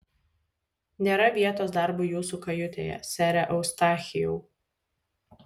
nėra vietos darbui jūsų kajutėje sere eustachijau